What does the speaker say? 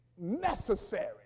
necessary